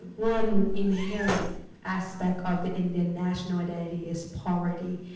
one inherent aspect of the indian national identity is poverty,